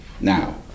now